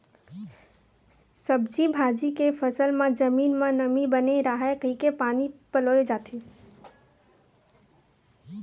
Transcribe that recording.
सब्जी भाजी के फसल म जमीन म नमी बने राहय कहिके पानी पलोए जाथे